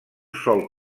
sol